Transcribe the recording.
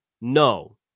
No